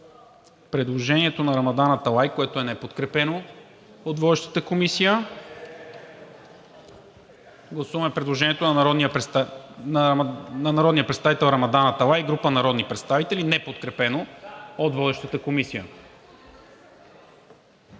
предложението на Рамадан Аталай, което е неподкрепено от водещата Комисия. Гласуваме предложението на народния представител Рамадан Аталай и група народни представители, неподкрепено от водещата Комисия.